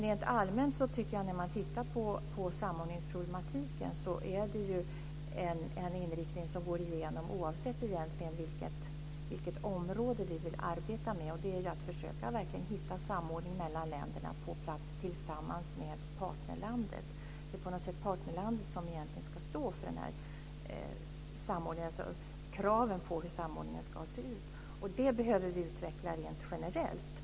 Rent allmänt när man tittar på samordningsproblematiken är inriktningen, oavsett vilket område vi vill arbeta med, att försöka hitta en samordning mellan länderna på plats tillsammans med partnerlandet. Det är partnerlandet som ska stå för kraven på hur samordningen ska se ut. Det behöver vi utveckla rent generellt.